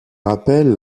rappelle